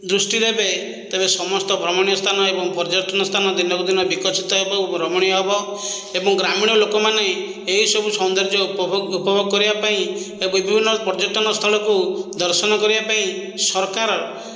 ଦୃଷ୍ଟିରେ ଦେବେ ତେବେ ସମସ୍ତ ଭ୍ରମଣୀୟ ସ୍ଥାନ ଏବଂ ପର୍ଯ୍ୟଟନ ସ୍ଥାନ ଦିନକୁ ଦିନ ବିକଶିତ ହେବ ଏବଂ ରମଣୀୟ ହେବ ଏବଂ ଗ୍ରାମୀଣ ଲୋକମାନେ ଏହିସବୁ ସୌନ୍ଦର୍ଯ୍ୟ ଉପଭୋଗ ଉପଭୋଗ କରିବା ପାଇଁ ବିଭିନ୍ନ ପର୍ଯ୍ୟଟନ ସ୍ଥଳକୁ ଦର୍ଶନ କରିବା ପାଇଁ ସରକାର